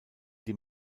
die